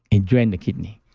it drains the kidney.